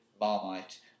Marmite